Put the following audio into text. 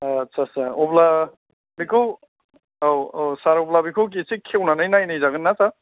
आटसा सा अब्ला बेखौ औ औ सार अब्ला बेखौ एसे खेवनानै नायनायजागोन ना सार